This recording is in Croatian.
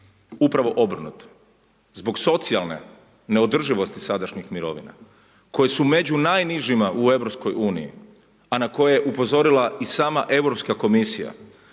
Upravo obrnuto zbog socijalne neodrživosti sadašnjih mirovina koje su među najnižima u Europskoj uniji a na koje je upozorila i sama Europska komisija,